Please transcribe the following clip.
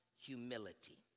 humility